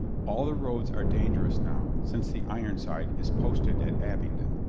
all the roads are dangerous now, since the ironside is posted at abingdon.